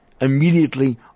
immediately